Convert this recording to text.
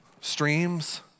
streams